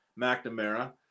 McNamara